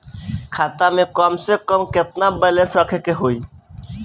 खाता में कम से कम केतना बैलेंस रखे के होईं?